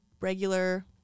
regular